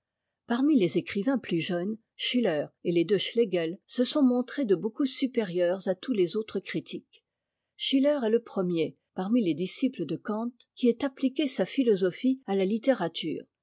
parmi les écrivains plus jeunes schiller et les deux schlegel se sont montrés de beaucoup supérieurs à tous les autres critiques schiller est le premier parmi les disciples de kant qui ait appliqué sa philosophie à la littérature